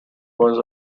was